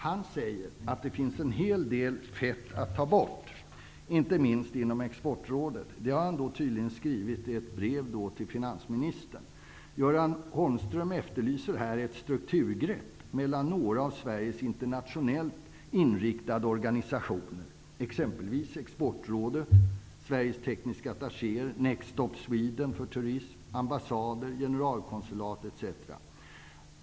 Han säger att det finns ''en hel del fett att ta bort'', inte minst inom Exportrådet. Det har han tydligen skrivit i ett brev till finansministern. Göran Holmquist efterlyser här ett strukturgrepp mellan några av Sverige internationellt inriktade organisationer, exempelvis Exportrådet, Sveriges tekniska attachéer, Next Stop Sweden för turism, ambassader, generalkonsulat etc.